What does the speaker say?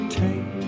take